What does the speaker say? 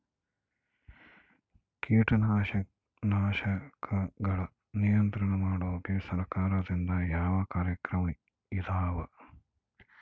ಕೇಟನಾಶಕಗಳ ನಿಯಂತ್ರಣ ಮಾಡೋಕೆ ಸರಕಾರದಿಂದ ಯಾವ ಕಾರ್ಯಕ್ರಮ ಇದಾವ?